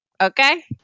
okay